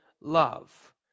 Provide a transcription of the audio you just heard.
love